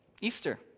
Easter